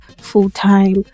full-time